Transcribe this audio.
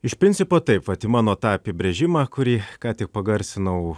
iš principo taip vat į mano tą apibrėžimą kurį ką tik pagarsinau